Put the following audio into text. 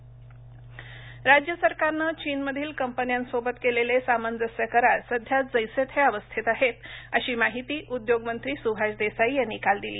सुभाष देसाई राज्य सरकारनं चीनमधील कंपन्यांसोबत केलेले सामंजस्य करार सध्या जैसे थे अवस्थेत आहेत अशी माहिती उद्योगमंत्री सुभाष देसाई यांनी काल दिली